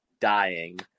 dying